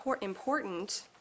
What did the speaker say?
important